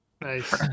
Nice